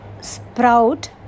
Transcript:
sprout